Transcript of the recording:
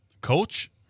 coach